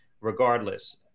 regardless